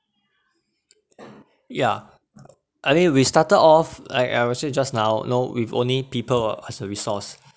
yeah I mean we started off I I ever said just now know with only people as a resource